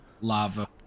lava